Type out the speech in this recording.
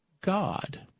God